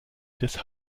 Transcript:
des